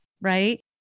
right